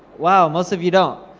wow, most of you don't.